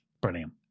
Brilliant